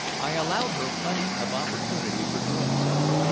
i allowed her plenty of opportunity for doing so,